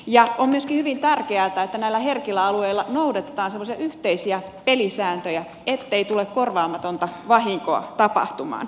on myöskin hyvin tärkeätä että näillä herkillä alueilla noudatetaan semmoisia yhteisiä pelisääntöjä ettei tule korvaamatonta vahinkoa tapahtumaan